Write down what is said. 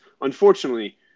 Unfortunately